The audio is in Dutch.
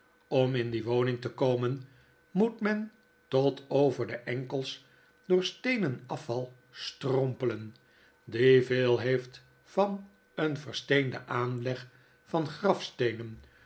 om in die woning te komen moet men tot over de enkels door steenen afval strompelen die veel heeft van een versteenden aanleg van grafsteenen